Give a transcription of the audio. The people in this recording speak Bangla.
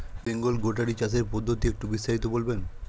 বেঙ্গল গোটারি চাষের পদ্ধতি একটু বিস্তারিত বলবেন?